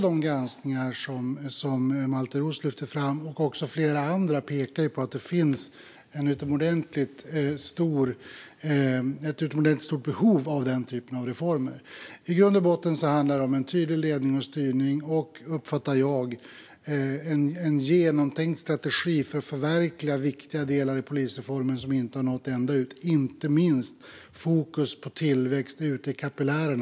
De granskningar som Malte Roos lyfter fram och också flera andra pekar på att det finns ett utomordentligt stort behov av den typen av reformer. I grund och botten handlar det om en tydlig ledning och styrning och, uppfattar jag, en genomtänkt strategi för att förverkliga viktiga delar i polisreformen som inte har nått ända ut. Det gäller inte minst fokus på tillväxt ute i kapillärerna.